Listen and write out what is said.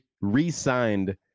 re-signed